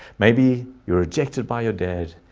maybe you're rejected by your dad,